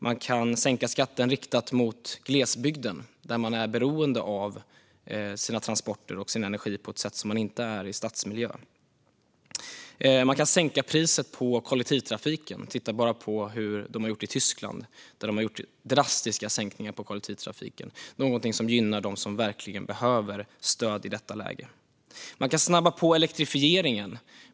Man kan sänka skatten riktat mot glesbygden, där man är beroende av sina transporter och sin energi på ett sätt som man inte är i stadsmiljön. Man kan sänka priset på kollektivtrafiken. Titta bara på hur de har gjort i Tyskland! Där har de gjort drastiska prissänkningar på kollektivtrafiken, någonting som gynnar dem som verkligen behöver stöd i detta läge. Man kan snabba på elektrifieringen.